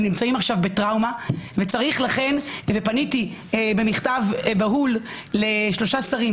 הם נמצאים עכשיו בטראומה פניתי במכתב בהול לשלושה שרים,